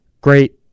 Great